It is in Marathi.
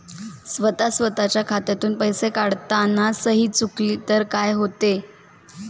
स्वतः स्वतःच्या खात्यातून पैसे काढताना सही चुकली तर काय होते?